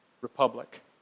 Republic